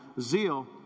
Zeal